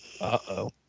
Uh-oh